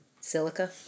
Silica